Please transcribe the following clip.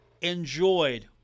enjoyed